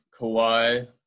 Kawhi